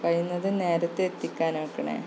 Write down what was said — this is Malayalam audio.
കഴിയുന്നതും നേരത്തെ എത്തിക്കാൻ നോക്കണേ